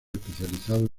especializados